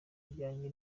ryanjye